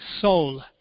soul